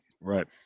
Right